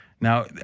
Now